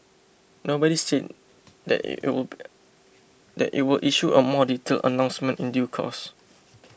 nobody said that it will that it will issue a more detailed announcement in due course